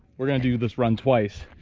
we're gonna do this run twice.